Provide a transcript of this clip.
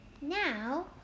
now